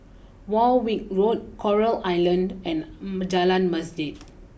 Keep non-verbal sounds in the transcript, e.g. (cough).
Warwick Road Coral Island and (noise) Jalan Masjid